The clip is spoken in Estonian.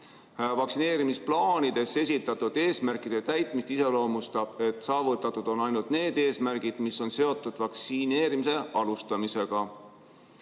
Vaktsineerimisplaanides esitatud eesmärkide täitmist iseloomustab, et saavutatud on ainult need eesmärgid, mis on seotud vaktsineerimise alustamisega.